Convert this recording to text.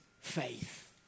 faith